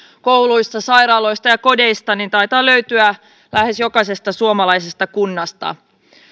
kouluista sairaaloista ja kodeista taitaa löytyä lähes jokaisesta suomalaisesta kunnasta